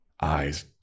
Eyes